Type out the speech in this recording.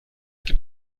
gibt